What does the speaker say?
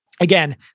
again